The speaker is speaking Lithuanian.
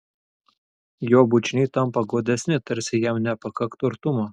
jo bučiniai tampa godesni tarsi jam nepakaktų artumo